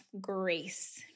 grace